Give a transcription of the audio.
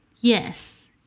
Yes